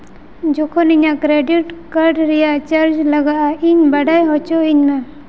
ᱡᱚᱠᱷᱚᱱ ᱤᱧᱟᱹᱜ credit card ᱨᱮᱭᱟᱜ ᱪᱟᱨᱡᱽ ᱞᱟᱜᱟᱜᱼᱟ ᱤᱧ ᱵᱟᱰᱟᱭ ᱦᱚᱪᱚᱭᱤᱧᱟᱹ